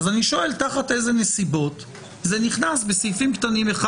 אני שואל תחת אילו נסיבות זה נכנס בסעיפים קטנים (1),